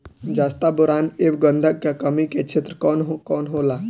जस्ता बोरान ऐब गंधक के कमी के क्षेत्र कौन कौनहोला?